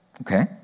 Okay